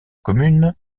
communes